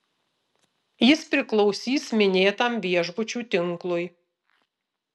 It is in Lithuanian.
jis priklausys minėtam viešbučių tinklui